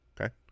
okay